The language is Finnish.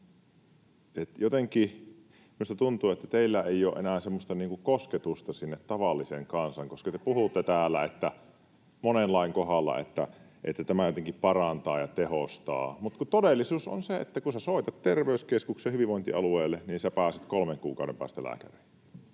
Jotenkin minusta tuntuu, että teillä ei ole enää semmoista kosketusta sinne tavalliseen kansaan, koska te puhutte täällä monen lain kohdalla, että tämä jotenkin parantaa ja tehostaa, mutta todellisuus on se, että kun soitat terveyskeskukseen hyvinvointialueelle, niin pääset kolmen kuukauden päästä lääkäriin.